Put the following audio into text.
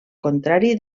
contrari